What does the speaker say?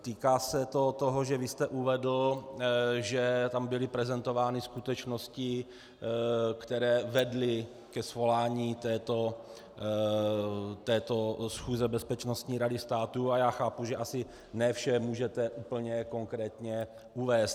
Týká se to toho, že vy jste uvedl, že tam byly prezentovány skutečnosti, které vedly ke svolání této schůze Bezpečnostní rady státu, a já chápu, že asi ne vše můžete úplně konkrétně uvést.